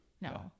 No